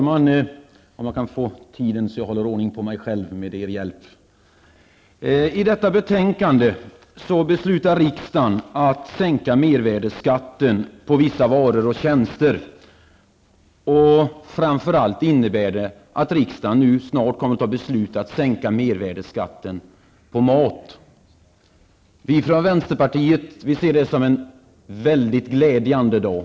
Herr talman! På grundval av detta betänkande skall riksdagen besluta om att sänka mervärdeskatten på vissa varor och tjänster, framför allt mervärdeskatten på mat. Vi i vänsterpartiet ser detta som en glädjande dag.